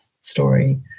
story